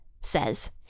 says